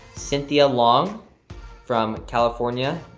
cynthia long from california.